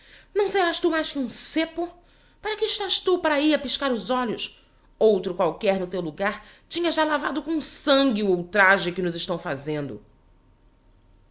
não serás tu mais que um cêpo para que estás tu para ahi a piscar os olhos outro qualquer no teu logar tinha já lavado com sangue o ultraje que nos estão fazendo